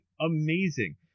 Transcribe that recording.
amazing